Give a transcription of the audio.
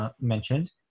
mentioned